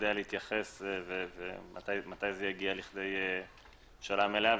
יודע להתייחס מתי זה יגיע להבשלה מלאה.